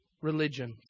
religion